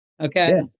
Okay